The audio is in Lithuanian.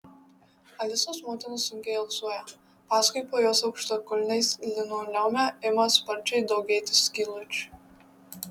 alisos motina sunkiai alsuoja paskui po jos aukštakulniais linoleume ima sparčiai daugėti skylučių